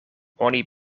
oni